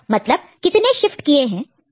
मतलब कितने शिफ्ट किए हैं